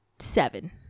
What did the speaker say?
seven